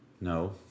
No